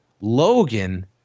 Logan